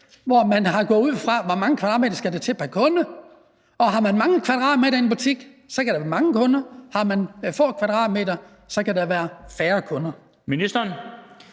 hvor man er gået ud fra, hvor mange kvadratmeter der skal til pr. kunde. Har man mange kvadratmeter i en butik, så kan der være mange kunder. Har man få kvadratmeter, kan der være færre kunder.